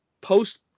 post